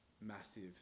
massive